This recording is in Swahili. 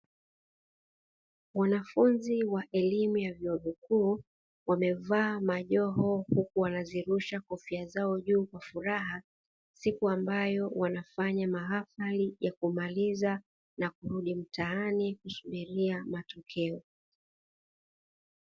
Wanafunzi wa elimu ya vyuo vikuu, wamevaa majoho huku wanazirusha kofia zao juu kwa furaha siku ambayo wanafanya mahafali ya kumaliza na kurudi mtaani kusubiria matokeo.